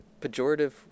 pejorative